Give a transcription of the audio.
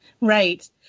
Right